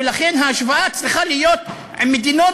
ולכן ההשוואה צריכה להיות עם מדינות